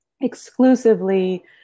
exclusively